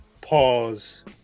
pause